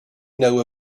know